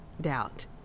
doubt